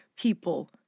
people